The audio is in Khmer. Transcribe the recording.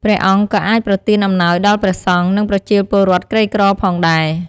ព្រះអង្គក៏អាចប្រទានអំណោយដល់ព្រះសង្ឃ និងប្រជាពលរដ្ឋក្រីក្រផងដែរ។